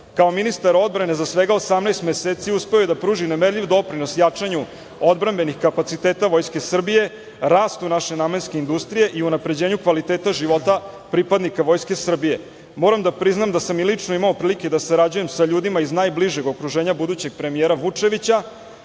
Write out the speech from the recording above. Kao ministar odbrane, za svega 18 meseci uspeo je da pruži nemerljiv doprinos jačanju odbrambenih kapaciteta Vojske Srbije, rast naše namenske industrije, unapređenju kvaliteta života pripadnika Vojske Srbije. Moram da priznam da sam i lično imao prilike da sarađujem sa ljudima iz najbližeg okruženja budućeg premijera Vučevića